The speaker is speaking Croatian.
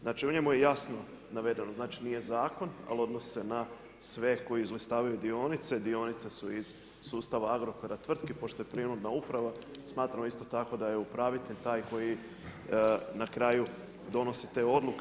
Znači u njemu je jasno navedeno, znači nije zakon, ali odnosi se na sve koji izlistavaju dionice, dionice su iz sustava Agrokora tvrtke, pošto je … uprava, smatramo isto tako da je upravitelj taj koji na kraju donosi te odluke.